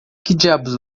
diabos